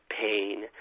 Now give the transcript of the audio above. pain